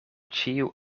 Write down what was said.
ĉiu